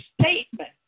statement